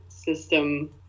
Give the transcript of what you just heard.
System